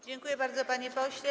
Dziękuję bardzo, panie pośle.